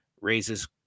raises